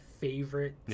favorite